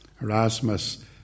Erasmus